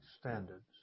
standards